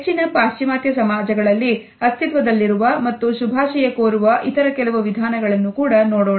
ಹೆಚ್ಚಿನ ಪಾಶ್ಚಿಮಾತ್ಯ ಸಮಾಜಗಳಲ್ಲಿ ಅಸ್ತಿತ್ವದಲ್ಲಿರುವ ಮತ್ತು ಶುಭಾಶಯ ಕೋರುವ ಇತರ ಕೆಲವು ವಿಧಾನಗಳನ್ನು ನೋಡೋಣ